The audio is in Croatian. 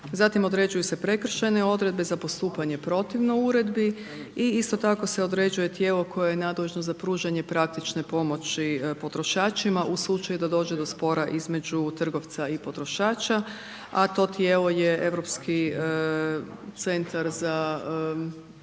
Zatim određuju se prekršajne odredbe za postupanje protivno Uredbi i isto tako se određuje tijelo koje je nadležno za pružanje praktične pomoći potrošačima u slučaju da dođe do spora između trgovca i potrošača, a to tijelo je Europski centar za potrošače